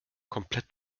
komplett